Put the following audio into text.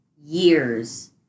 years